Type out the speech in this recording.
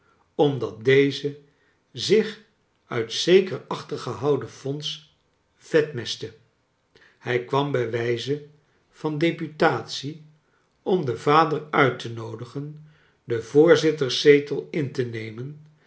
omdat deze zich nit zeker achtergehouden fonds vetmestte hij kwam bij wijze van deputatie om den vader nit te noodigen den voorzitterszetel in te nemen